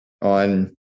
on